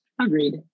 Agreed